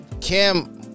Kim